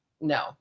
No